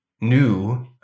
new